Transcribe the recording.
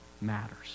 matters